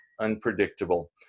unpredictable